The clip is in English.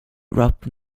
robbed